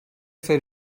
fer